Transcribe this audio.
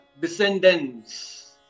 descendants